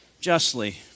justly